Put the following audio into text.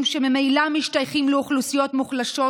שממילא משתייכים לאוכלוסיות מוחלשות,